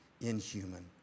inhuman